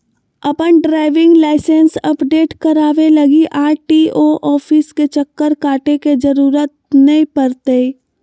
अपन driving licence update कराबे लगी आर.टी.ओ ऑफिस के चक्कर काटे के जरूरत नै पड़तैय